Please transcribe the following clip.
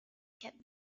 kept